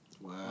Wow